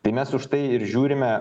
tai mes už tai ir žiūrime